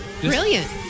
Brilliant